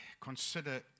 consider